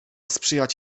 sprzyjać